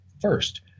first